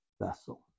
vessel